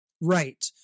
Right